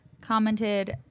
commented